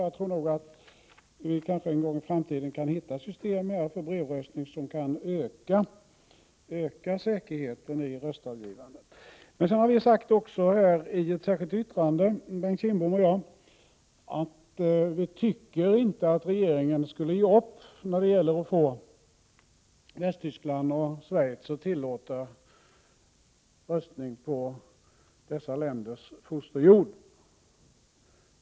Jag tror nog att vi en gång i framtiden kan hitta brevröstningssystem som kan öka säkerheten i röstavgivandet. Bengt Kindbom och jag har också i ett särskilt yttrande sagt att vi inte tycker att regeringen skulle ge upp försöken att få Västtyskland och Schweiz att tillåta röstning på dessa länders fosterjord.